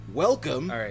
Welcome